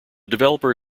developer